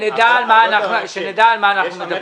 שנדע על מה אנחנו מדברים.